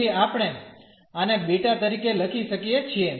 તેથી આપણે આને બીટા તરીકે લખી શકીએ છીએ